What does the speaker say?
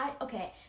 Okay